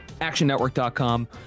actionnetwork.com